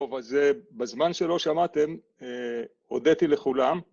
‫טוב, אז בזמן שלא שמעתם, ‫הודיתי לכולם.